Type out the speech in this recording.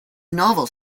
novels